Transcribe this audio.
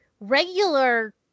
regular